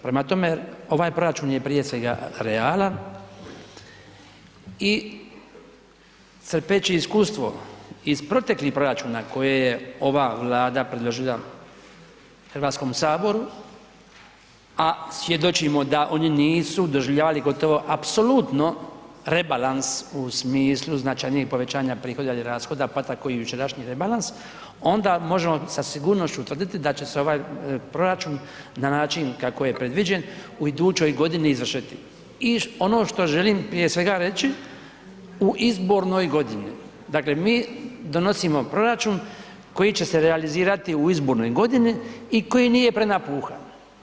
Prema tome, ovaj proračun je prije svega realan i crpeći iskustvo iz proteklih proračuna koje je ova Vlada predložila Hrvatskom saboru, a svjedočimo da oni nisu doživljavali gotovo apsolutno rebalans u smislu značajnijeg povećanja prihoda ili rashoda pa tako i jučerašnji rebalans onda možemo sa sigurnošću tvrditi da će se ovaj proračun na način kako je predviđen u idućoj godini izvršiti i ono što želim prije svega reći u izbornoj godini, dakle mi donosimo proračun koji će se realizirati u izbornoj godini i koji nije prenapuhan.